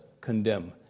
condemn